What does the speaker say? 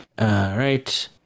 right